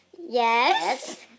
Yes